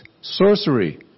sorcery